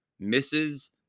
Mrs